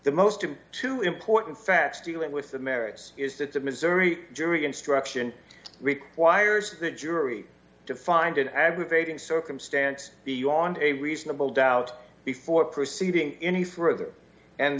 the most to two important facts dealing with the merits is that the missouri jury instruction requires the jury to find an aggravating circumstance beyond a reasonable doubt before proceeding any further and